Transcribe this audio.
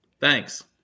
Thanks